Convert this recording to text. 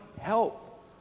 help